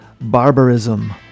Barbarism